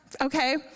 Okay